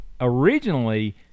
originally